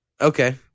Okay